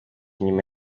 inyuma